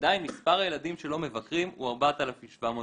ועדיין מספר הילדים שלא מבקרים הוא 4,700 ילדים.